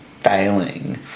failing